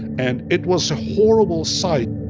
and it was a horrible sight